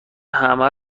همه